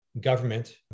government